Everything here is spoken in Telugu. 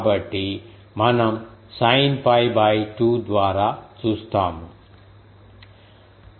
కాబట్టి మనం సైన్ 𝜋 2 ద్వారా చూస్తాము Im